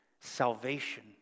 salvation